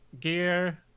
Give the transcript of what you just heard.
gear